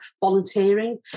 volunteering